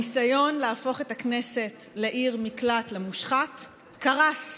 הניסיון להפוך את הכנסת לעיר מקלט למושחת קרס,